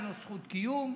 אין לו זכות קיום,